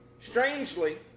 Strangely